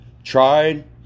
tried